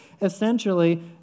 Essentially